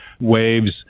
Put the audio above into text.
waves